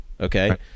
okay